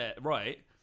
right